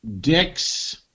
Dicks